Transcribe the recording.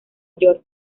york